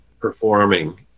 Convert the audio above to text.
performing